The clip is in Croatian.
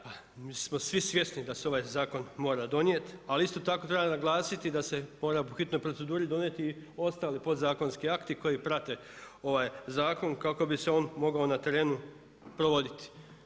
Pa svi smo svjesni da se ovaj zakon mora donijeti, ali isto tako treba naglasiti da se mora po hitnoj proceduri donijeti ostali podzakonski akti koji prate ovaj zakon kako bi se on mogao na terenu provoditi.